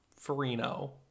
Farino